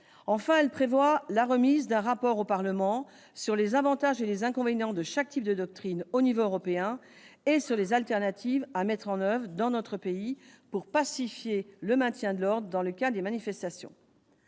Enfin, elle prévoit la remise d'un rapport au Parlement sur les avantages et les inconvénients de chaque type de doctrine au niveau européen et sur les alternatives à mettre en oeuvre dans notre pays pour pacifier le maintien de l'ordre dans le cadre des manifestations.